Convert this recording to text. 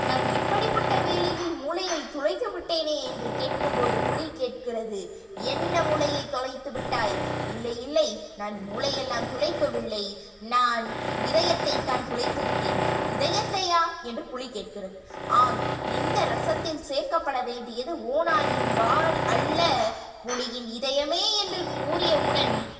நான் இப்படிப்பட்ட வேளையில் மூளையை துலைத்து விட்டேனே என்று கேட்கும் போது புலி கேட்கிறது என்ன மூளையை துலைத்து விட்டாய் இல்லை இல்லை நான் மூளையெல்லாம் துலைக்கவில்லை நான் இதயத்தைத் தான் துலைத்து விட்டேன் இதயத்தையா என்று புலி கேட்கிறது ஆம் இந்த ரசத்தில் சேர்க்கப்பட வேண்டியது ஓநாயின் வால் அல்ல புலியின் இதயமே என்று கூறியவுடன்